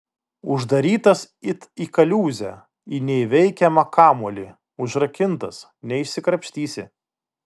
uždarytas it į kaliūzę į neįveikiamą kamuolį užrakintas neišsikrapštysi